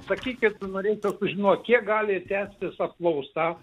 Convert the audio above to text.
sakykit norėčiau sužinot kiek gali tęstis apklausa